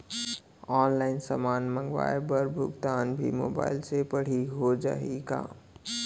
Online समान मंगवाय बर भुगतान भी मोबाइल से पड़ही हो जाही का?